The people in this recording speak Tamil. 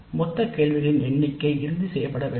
மொத்த கேள்விகளின் எண்ணிக்கை இறுதி செய்யப்பட வேண்டும்